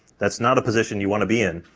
that's not a position you want to be in.